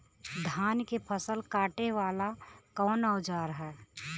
धान के फसल कांटे वाला कवन औजार ह?